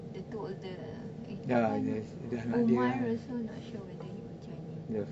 the two older eh umar also not sure whether he will join in